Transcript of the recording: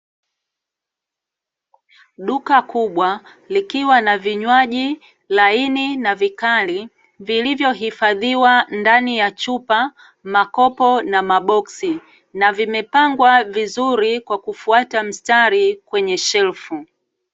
Duka kubwa likiwa na vinywaji laini na vikali vilivyohifadhiwa ndani ya chupa , makopo na maboksi na vimepangwa vizuri kwa kufuata mstari kwenye shelfu.